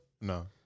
No